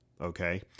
Okay